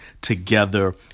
together